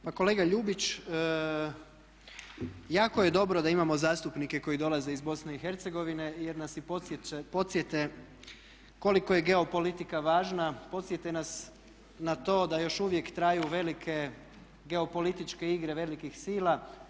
Pa kolega Ljubić jako je dobro da imamo zastupnike koji dolaze iz BiH jer nas i podsjete koliko je geopolitika važna, podsjete nas na to da još uvijek traju velike geopolitičke igre velikih sila.